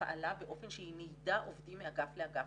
פעלה באופן שהיא ניידה עובדים מאגף לאגף.